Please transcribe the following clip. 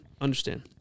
Understand